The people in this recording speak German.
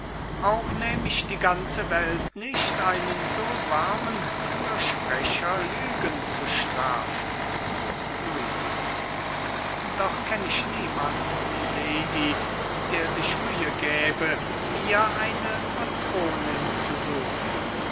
glauben auch nähm ich die ganze welt nicht einen so warmen fürsprecher lügen zu strafen luise doch kenn ich niemand milady der sich mühe gäbe mir eine patronin zu suchen